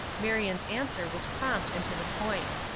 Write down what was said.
marion's answer was prompt and to the point.